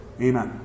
Amen